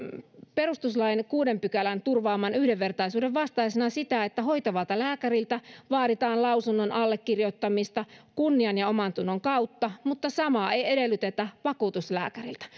perustuslain kuudennen pykälän turvaaman yhdenvertaisuuden vastaisena sitä että hoitavalta lääkäriltä vaaditaan lausunnon allekirjoittamista kunnian ja omantunnon kautta mutta samaa ei edellytetä vakuutuslääkäriltä